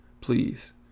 Please